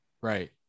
Right